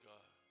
God